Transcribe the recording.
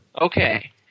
Okay